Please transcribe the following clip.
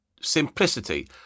simplicity